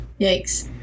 Yikes